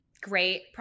great